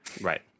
Right